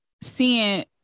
seeing